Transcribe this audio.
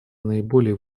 наиболее